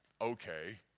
Okay